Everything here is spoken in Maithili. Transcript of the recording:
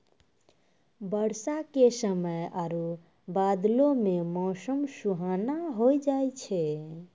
बरसा के समय आरु बादो मे मौसम सुहाना होय जाय छै